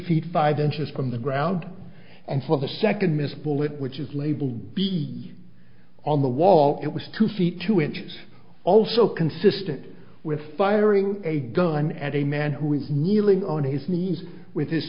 feet five inches from the ground and for the second miss bullet which is labeled be on the wall it was two feet two inches also consistent with firing a gun at a man who is kneeling on his knees with his